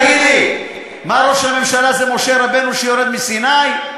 תגיד לי, מה, ראש הממשלה זה משה רבנו שיורד מסיני?